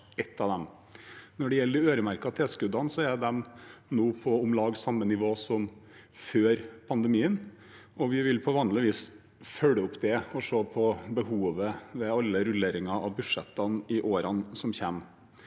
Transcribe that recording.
Når det gjelder de øremerkede tilskuddene, er de nå på om lag samme nivå som før pandemien. Vi vil på vanlig vis følge opp det og se på behovet ved alle rulleringer av budsjettene i årene som kommer.